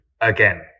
again